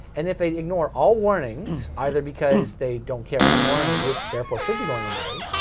and if they ignore all warnings either because they don't care anymore and the group therefore should be going away,